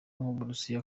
burusiya